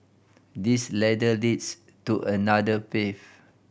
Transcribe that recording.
this ladder leads to another path